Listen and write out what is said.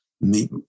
meet